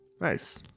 Nice